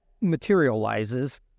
materializes